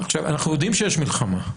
אנחנו יודעים שיש מלחמה,